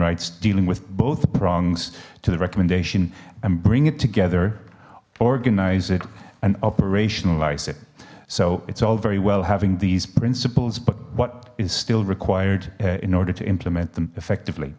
rights dealing with both prongs to the recommendation and bring it together organize it and operationalize it so it's all very well having these principles but what is still required in order to implement them effectively